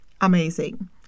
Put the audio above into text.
amazing